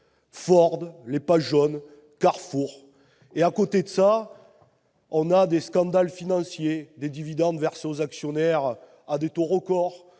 Ford, Pages jaunes, Carrefour. À côté de cela, on a des scandales financiers, des dividendes versés aux actionnaires à des taux record